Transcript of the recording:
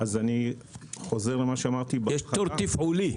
אני חוזר למה שאמרתי בהתחלה --- יש תור תפעולי.